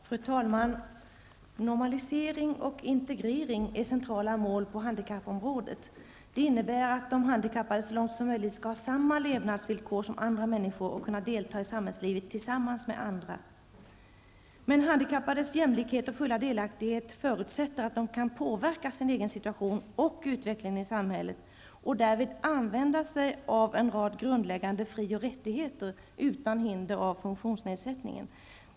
Fru talman! Normalisering och integrering är centrala mål på handikappområdet. Det innebär att de handikappade så långt som möjligt skall ha samma levnadsvillkor som andra människor och kunna delta i samhällslivet tillsammans med andra. Jämlikhet och full delaktighet när det gäller de handikappade förutsätter att dessa kan påverka sin egen situation och utvecklingen i samhället samt därvid använda sig av en rad grundläggande fri och rättigheter utan att hindras av funktionsnedsättning.